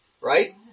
right